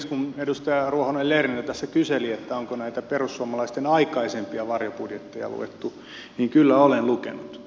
kun edustaja ruohonen lerner tässä kyseli onko näitä perussuomalaisten aikaisempia varjobudjetteja luettu niin kyllä olen lukenut